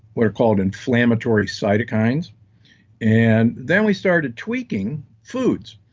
what are called, inflammatory cytokines and then we started tweaking foods.